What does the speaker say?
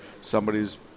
Somebody's